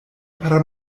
per